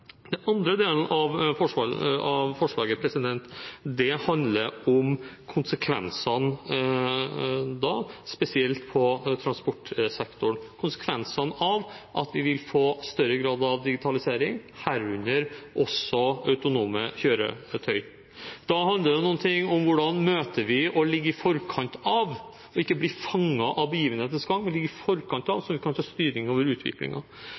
andre delen av forslaget handler om konsekvensene – spesielt på transportsektoren – av at vi vil få større grad av digitalisering, herunder også autonome kjøretøy. Da handler det om hvordan vi møter og ligger i forkant, og ikke blir fanget av begivenhetenes gang, men ligger i forkant, så vi kan ta styring over